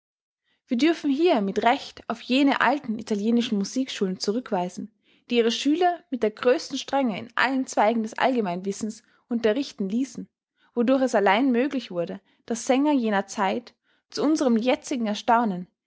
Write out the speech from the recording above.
wir dürfen hier mit recht auf jene alten italienischen musikschulen zurückweisen die ihre schüler mit der größten strenge in allen zweigen des allgemeinen wissens unterrichten ließen wodurch es allein möglich wurde daß sänger jener zeit zu unserem jetzigen erstaunen